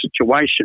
situation